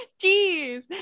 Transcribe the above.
Jeez